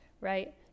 right